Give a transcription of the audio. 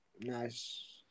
Nice